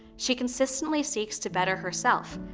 she consistently seeks to better herself,